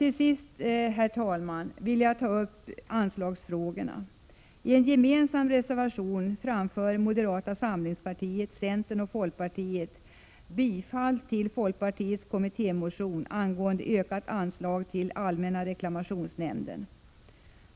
Till sist vill jag ta upp anslagsfrågorna. I en gemensam reservation vill moderata samlingspartiet, centern och folkpartiet bifalla folkpartiets kommittémotion angående ökat anslag till allmänna reklamationsnämnden.